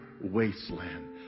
wasteland